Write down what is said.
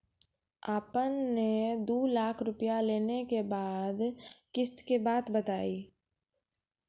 आपन ने दू लाख रुपिया लेने के बाद किस्त के बात बतायी?